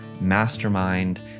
Mastermind